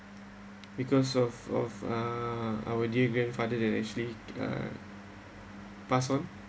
because of of uh our dear grandfather then actually( uh) pass on